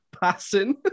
passing